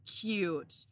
cute